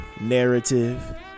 narrative